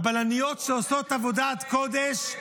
הבלניות שעושות עבודת קודש,